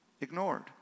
ignored